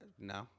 No